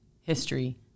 history